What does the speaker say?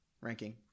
ranking